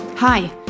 Hi